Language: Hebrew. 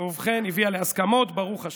הביאה להסכמות, ברוך השם.